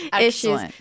issues